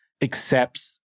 accepts